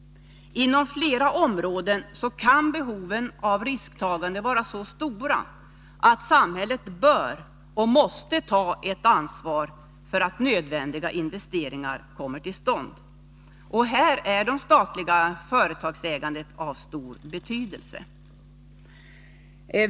Inom flera områden kan behoven av risktagande vara så stora att samhället bör och måste ta ett ansvar för att nödvändiga investeringar kommer till stånd. Här är det statliga företagsägandet av stor betydelse.